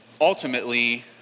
ultimately